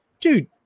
dude